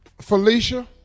Felicia